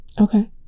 Okay